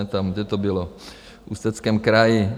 Tam, kde to bylo, v Ústeckém kraji.